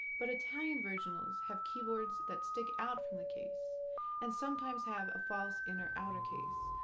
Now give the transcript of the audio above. but italian virginals have keyboards that stick out from the case and sometimes have a false inner-outer case,